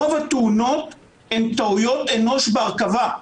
רוב התאונות הן טעויות אנוש בהרכבה.